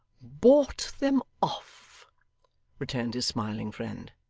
bought them off returned his smiling friend.